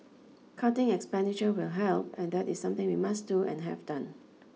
cutting expenditure will help and that is something we must do and have done